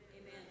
Amen